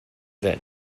that